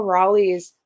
Raleigh's